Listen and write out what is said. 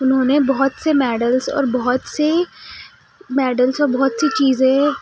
انہوں نے بہت سے میڈلس اور بہت سے میڈلس اور بہت سی چیزیں